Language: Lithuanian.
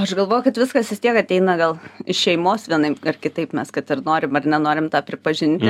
aš galvoju kad viskas vis tiek ateina gal iš šeimos vienaip ar kitaip mes kad ir norim ar nenorim tą pripažinti